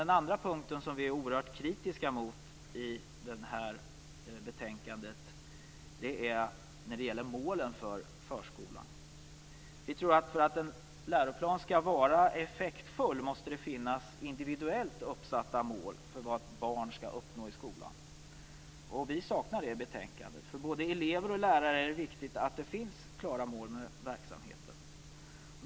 Den andra punkten som vi är oerhört kritiska emot i det här betänkandet gäller målen för förskolan. För att en läroplan skall få effekt måste det finnas individuellt uppsatta mål för vad barn skall uppnå i skolan. Vi saknar detta i betänkandet. För både elever och lärare är det viktigt att det finns klara mål för verksamheten.